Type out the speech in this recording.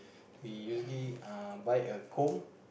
we usually uh buy a comb